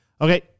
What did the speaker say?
okay